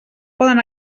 poden